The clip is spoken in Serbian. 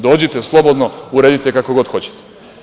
Dođite slobodno, uredite kako god hoćete.